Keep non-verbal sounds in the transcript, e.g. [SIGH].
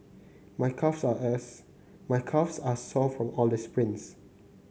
my calves are [UNINTELLIGIBLE] my calves are sore from all the sprints